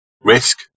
Risk